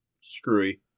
screwy